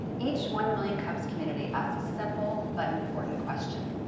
each one million cups community asks a simple but important question,